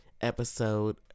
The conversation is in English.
episode